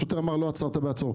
השוטר אומר לא עצרת בעצור.